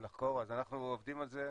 אנחנו עובדים על זה.